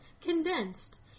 condensed